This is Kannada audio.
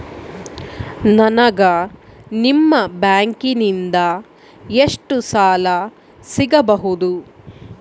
ನನಗ ನಿಮ್ಮ ಬ್ಯಾಂಕಿನಿಂದ ಎಷ್ಟು ಸಾಲ ಸಿಗಬಹುದು?